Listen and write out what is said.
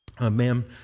Ma'am